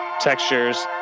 textures